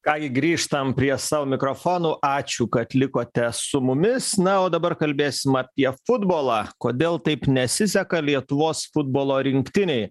ką gi grįžtam prie savo mikrofonų ačiū kad likote su mumis na o dabar kalbėsim apie futbolą kodėl taip nesiseka lietuvos futbolo rinktinei